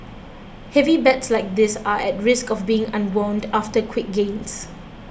heavy bets like this are at risk of being unwound after quick gains